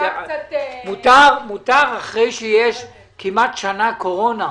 - מותר אחרי שיש כמעט שנה קורונה,